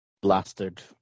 Blasted